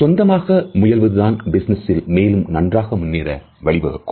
சொந்தமாக முயல்வதுதான் பிசினஸ் மேலும் நன்றாக முன்னேற வழிவகுக்கும்